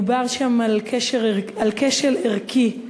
דובר שם על כשל ערכי,